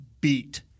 beat